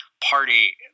party